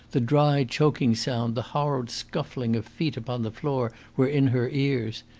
the dry, choking sound, the horrid scuffling of feet upon the floor, were in her ears.